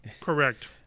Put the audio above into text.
Correct